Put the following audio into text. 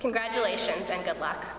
congratulations and good luck